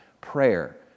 prayer